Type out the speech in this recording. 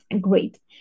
great